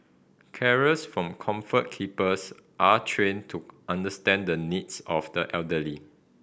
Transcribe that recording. carers from Comfort Keepers are trained to understand the needs of the elderly